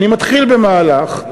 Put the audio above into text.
אני מתחיל במהלך,